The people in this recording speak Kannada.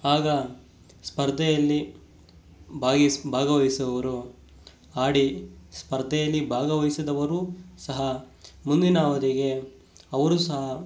ಆಗ ಸ್ಪರ್ಧೆಯಲ್ಲಿ ಭಾಗಿಸು ಭಾಗವಹಿಸುವವರು ಆಡಿ ಸ್ಪರ್ಧೆಯಲ್ಲಿ ಭಾಗವಹಿಸದವರು ಸಹ ಮುಂದಿನ ಅವಧಿಗೆ ಅವರು ಸಹ